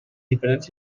diferents